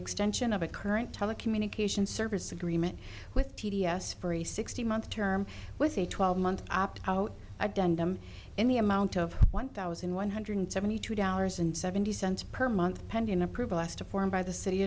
extension of a current telecommunications service agreement with t d s for a sixteen month term with a twelve month opt out i've done them in the amount of one thousand one hundred seventy two dollars and seventy cents per month pending approval asked a form by the city